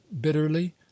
bitterly